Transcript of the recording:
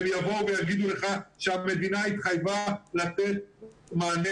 הם יבואו ויגידו לך שהמדינה התחייבה לתת מענה